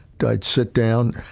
guide sit down,